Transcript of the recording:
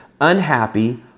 unhappy